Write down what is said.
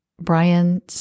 Brian